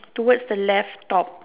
towards the left top